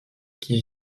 qui